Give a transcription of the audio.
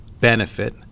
benefit